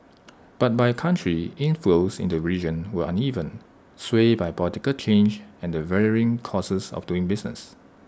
but by country inflows into region were uneven swayed by political change and the varying costs of doing business